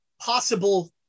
possible